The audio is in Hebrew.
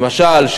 למשל,